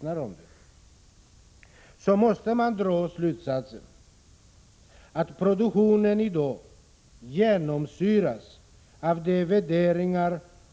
Om man utgår från dessa sanningar, då måste man dra slutsatsen att produktionen i dag genomsyras av